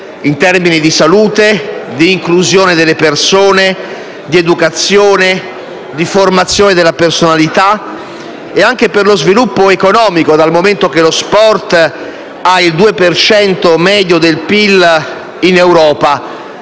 in termini di salute, di inclusione delle persone, di educazione, di formazione della personalità e anche per lo sviluppo economico. Lo sport, infatti, vale il 2 per cento medio del PIL in Europa,